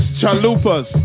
chalupas